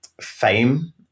fame